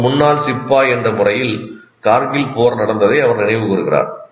ஒரு முன்னாள் சிப்பாய் என்ற முறையில் கார்கில் போர் நடந்ததை அவர் நினைவு கூறுகிறார்